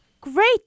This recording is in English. Great